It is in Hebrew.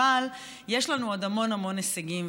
אבל יש לנו עוד המון המון הישגים.